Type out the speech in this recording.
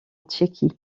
tchéquie